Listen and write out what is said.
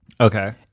Okay